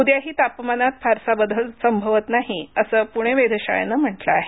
उद्याही तापमानात फारसा बदल संभवत नाही असं पुणे वेधशाळेनं म्हटलं आहे